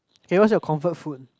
okay what's your comfort food